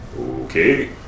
Okay